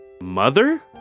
Mother